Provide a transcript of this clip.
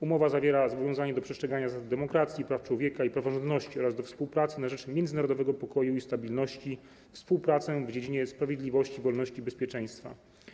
Umowa zawiera zobowiązanie do przestrzegania zasad demokracji, praw człowieka i praworządności oraz do współpracy na rzecz międzynarodowego pokoju i stabilności, współpracy w dziedzinie sprawiedliwości, wolności i bezpieczeństwa.